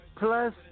Plus